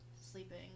sleeping